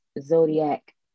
Zodiac